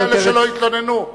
יש כאלה שלא התלוננו,